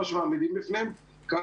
שמעמידים בפניהם בגלל הנחיה מלמעלה.